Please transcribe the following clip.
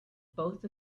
both